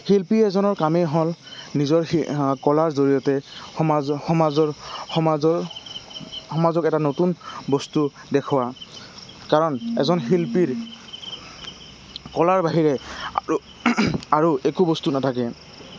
শিল্পী এজনৰ কামেই হ'ল নিজৰ কলাৰ জৰিয়তে সমাজৰ সমাজৰ সমাজৰ সমাজক এটা নতুন বস্তু দেখুওৱা কাৰণ এজন শিল্পীৰ কলাৰ বাহিৰে আৰু আৰু একো বস্তু নাথাকে